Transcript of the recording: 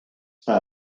per